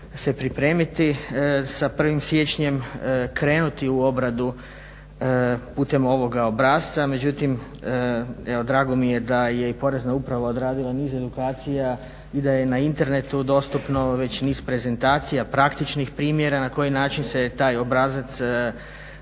se pripremiti sa 1. siječnjem krenuti u obradu putem ovoga obrasca. Međutim, evo drago mi je da je i Porezna uprava odradila niz edukacija i da je na internetu dostupno već niz prezentacija, praktičnih primjera na koji način se taj obrazac popunjava.